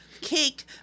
cake